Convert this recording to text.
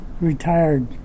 retired